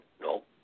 No